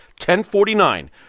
1049